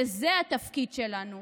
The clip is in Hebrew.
וזה התפקיד שלנו.